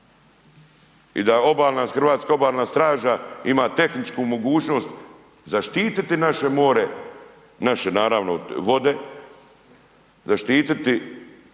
Hrvatska obalna straža ima tehničku mogućnost zaštiti naše more, naše naravno vode, zaštititi,